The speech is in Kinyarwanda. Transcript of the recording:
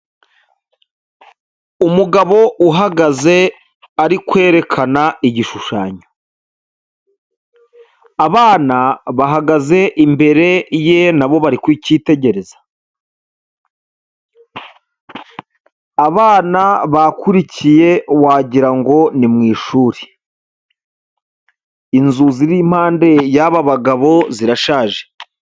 Umugabo uhagaze ari kwerekana igishushanyo, abana bahagaze imbere ye na bo bari kukitegereza, abana bakurikiye wagira ngo ni mu ishuri, inzu ziri impande y'aba bagabo zirashaje.